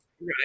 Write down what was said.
Right